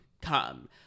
come